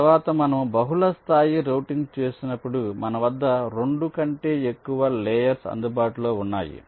తరువాత మనము బహుళస్థాయి రౌటింగ్ను చూసినప్పుడు మన వద్ద 2 కంటే ఎక్కువ లేయర్స్ అందుబాటులో ఉన్నాయి